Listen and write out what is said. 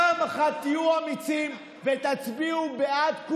פעם אחת תהיו אמיצים ותצביעו בעד.